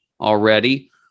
already